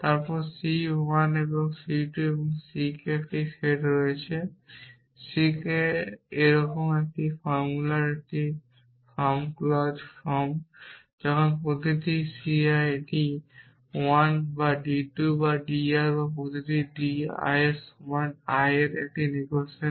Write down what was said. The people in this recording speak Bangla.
তারপর c one এবং c 2 এবং ck এর একটি সেট রয়েছে এবং ck এরকম একটি ফর্মুলার একটি ফর্ম ক্লজ ফর্ম যখন প্রতিটি c I d one বা d 2 বা dr এবং প্রতিটি d I সমান I বা এর নেগেশান